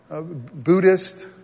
Buddhist